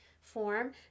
form